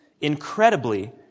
incredibly